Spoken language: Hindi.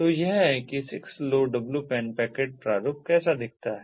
तो यह है कि 6LoWPAN पैकेट प्रारूप कैसा दिखता है